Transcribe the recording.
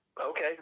Okay